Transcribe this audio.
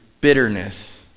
bitterness